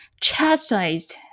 chastised